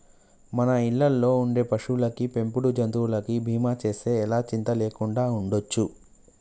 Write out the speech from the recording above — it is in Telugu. మన ఇళ్ళల్లో ఉండే పశువులకి, పెంపుడు జంతువులకి బీమా చేస్తే ఎలా చింతా లేకుండా ఉండచ్చు